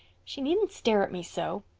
she needn't stare at me so,